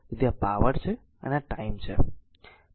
તેથી આ પાવર છે અને આ ટાઈમ છે